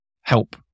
help